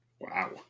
Wow